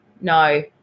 no